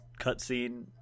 cutscene